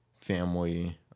family